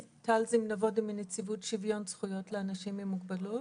זימנבודה מנציבות שוויון זכויות לאנשים עם מוגבלות.